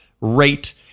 rate